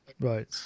right